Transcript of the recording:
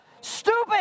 Stupid